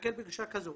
להסתכל בגישה כזו.